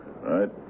Right